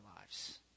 lives